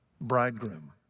bridegroom